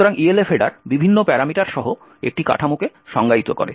সুতরাং ELF header বিভিন্ন parameter সহ একটি কাঠামোকে সংজ্ঞায়িত করে